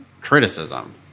criticism